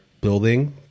building